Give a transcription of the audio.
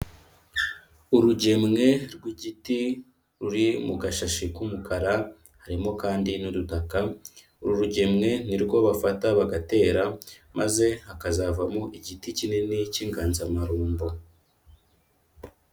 Urugemwe rw'igiti ruri mu gashashi k'umukara, harimo kandi n'urudaka, uru rgemwe nirwo bafata bagatera, maze hakazavamo igiti kinini cy'inganzamarumbo.